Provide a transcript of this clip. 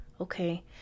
Okay